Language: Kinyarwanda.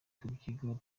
kubyigaho